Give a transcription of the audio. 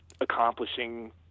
accomplishing